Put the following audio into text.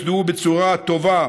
אם הדברים האלו לא יוסדרו בצורה טובה,